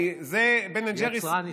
כי זה בן אנד ג'ריס, יצרן ישראלי.